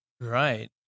Right